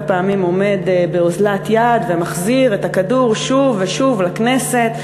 פעמים עומד באוזלת יד ומחזיר את הכדור שוב ושוב לכנסת.